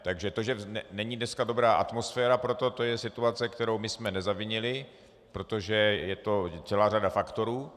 Takže to, že není dneska dobrá atmosféra pro to, to je situace, kterou my jsme nezavinili, protože je celá řada faktorů.